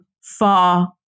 far